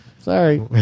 Sorry